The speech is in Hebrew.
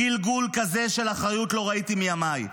גלגול כזה של אחריות לא ראיתי מימיי".